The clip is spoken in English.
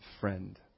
friend